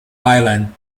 island